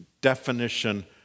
definition